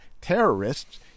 terrorists